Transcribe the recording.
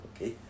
Okay